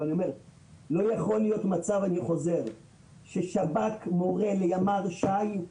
לא יכול להיות מצב ששב"כ מורה לימ"ר ש"י,